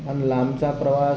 आणि लांबचा प्रवास